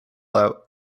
out